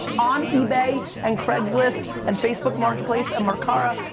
on ebay, and craigslist, and facebook marketplace, and mercari,